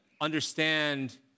understand